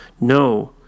No